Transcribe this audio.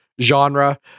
genre